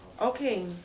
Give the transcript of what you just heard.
Okay